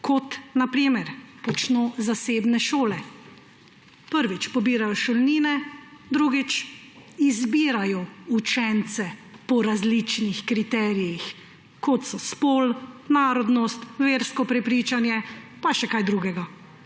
kot na primer počno zasebne šole. Prvič, pobirajo šolnine, drugič, izbirajo učence po različnih kriterijih, kot so spol, narodnost, versko prepričanje pa še kaj drugega.